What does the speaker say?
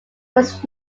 was